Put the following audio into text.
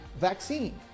vaccine